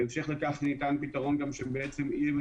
בהמשך לכך ניתן פתרון ש- -- מלונית,